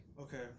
Okay